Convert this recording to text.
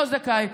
לא זכאי.